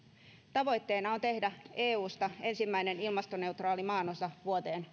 tavoitteena on tehdä eusta ensimmäinen ilmastoneutraali maanosa vuoteen